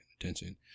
attention